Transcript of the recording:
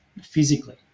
physically